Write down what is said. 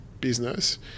business